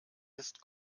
ist